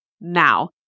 Now